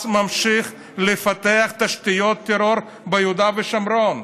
ממשיך לפתח תשתיות טרור ביהודה ושומרון.